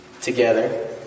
together